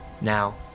Now